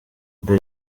mbere